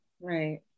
Right